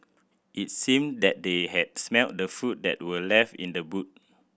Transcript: it seemed that they had smelt the food that were left in the boot